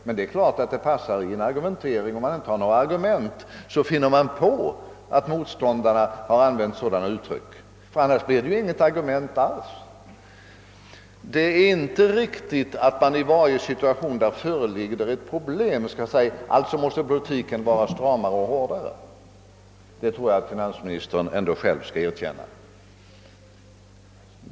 Men det är klart att det då man saknar argument passar att hitta på att motståndarna använt sådana uttryck — annars blir det ju inga argument alls. Det är inte riktigt att säga att politiken alltid måste vara stramare och hårdare då det föreligger ett problem som måste lösas, och det tror jag att finansministern ändå måste erkänna.